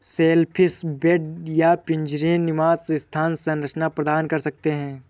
shellfish bed या पिंजरे निवास स्थान संरचना प्रदान कर सकते हैं